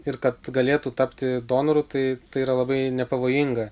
ir kad galėtų tapti donoru tai yra labai nepavojinga